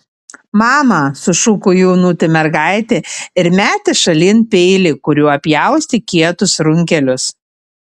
mama sušuko jaunutė mergaitė ir metė šalin peilį kuriuo pjaustė kietus runkelius